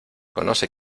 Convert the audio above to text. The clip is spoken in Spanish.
conoce